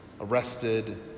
arrested